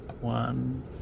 One